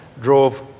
drove